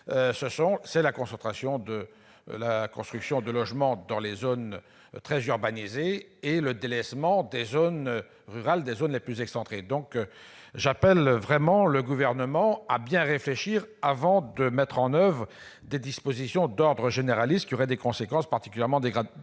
de la construction de logements dans les zones très urbanisées et le délaissement des zones rurales et des zones les plus excentrées. J'appelle donc le Gouvernement à bien réfléchir avant de mettre en oeuvre des dispositions d'ordre général, qui auraient des conséquences particulièrement négatives.